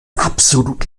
absolut